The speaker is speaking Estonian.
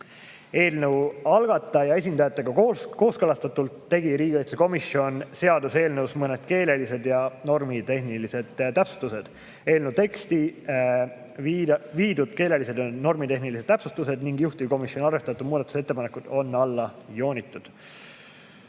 Eelnõu algataja esindajatega kooskõlastatult tegi riigikaitsekomisjon seaduseelnõus mõned keelelised ja normitehnilised täpsustused. Eelnõu teksti on viidud keelelised ja normitehnilised täpsustused ning juhtivkomisjoni arvestatud muudatusettepanekud on alla joonitud.